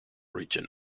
region